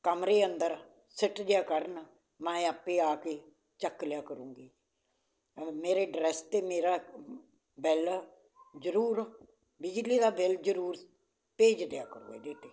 ਕਮਰੇ ਅੰਦਰ ਸੁੱਟ ਜਿਆ ਕਰਨ ਮੈਂ ਆਪ ਆ ਕੇ ਚੁੱਕ ਲਿਆ ਕਰੂੰਗੀ ਮੇਰੇ ਅਡਰੈਸ 'ਤੇ ਮੇਰਾ ਬੈੱਲ ਜ਼ਰੂਰ ਬਿਜਲੀ ਦਾ ਬਿਲ ਜ਼ਰੂਰ ਭੇਜ ਦਿਆ ਕਰੋ ਇਹਦੇ 'ਤੇ